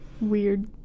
weird